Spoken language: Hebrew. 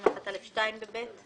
61(א)(2).